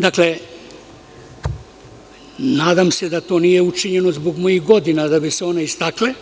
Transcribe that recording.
Dakle, nadam se da to nije učinjeno zbog mojih godina, da bi se one istakle,